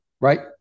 Right